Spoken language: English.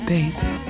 Baby